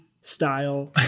style